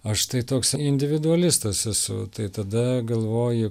aš tai toks individualistas esu tai tada galvoji